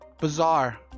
bizarre